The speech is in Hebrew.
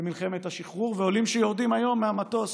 למלחמת השחרור ועולים שיורדים היום מהמטוס